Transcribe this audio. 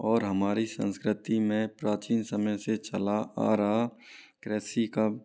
और हमारी संस्कृति में प्राचीन समय से चला आ रहा कृषि का